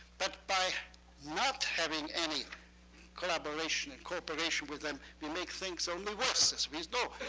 but by not having any collaboration and cooperation with them, we make things only worse, as we you know